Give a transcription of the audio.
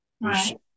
Right